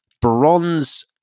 bronze